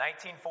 1940